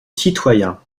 citoyen